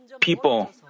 people